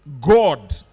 God